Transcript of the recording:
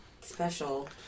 special